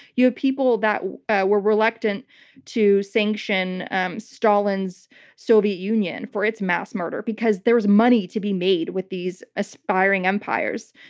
you had people that were reluctant to sanction stalin's soviet union for its mass murder, because there was money to be made with these aspiring empires.